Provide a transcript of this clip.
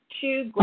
two